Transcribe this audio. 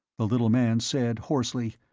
the little man said hoarsely,